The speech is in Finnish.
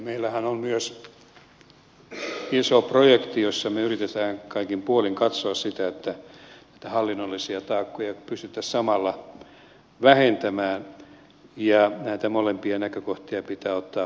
meillähän on myös iso projekti jossa me yritämme kaikin puolin katsoa sitä että näitä hallinnollisia taakkoja pystyttäisiin samalla vähentämään ja näitä molempia näkökohtia pitää ottaa huomioon